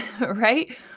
right